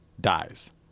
dies